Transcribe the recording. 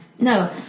no